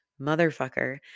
motherfucker